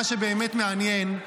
מה שבאמת מעניין,